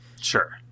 Sure